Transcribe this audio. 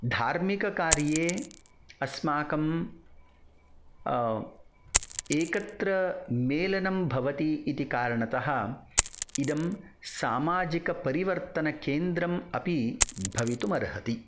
धार्मिककार्ये अस्माकम् एकत्र मेलनं भवति इति कारणतः इदं सामाजिकपरिवर्तनकेन्द्रम् अपि भवितुम् अर्हति